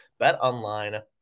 BetOnline